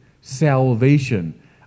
salvation